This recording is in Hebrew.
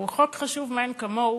הוא חוק חשוב מאין כמוהו,